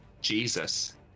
Jesus